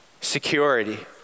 security